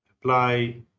apply